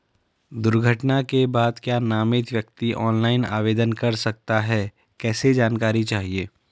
दुर्घटना के बाद क्या नामित व्यक्ति ऑनलाइन आवेदन कर सकता है कैसे जानकारी चाहिए?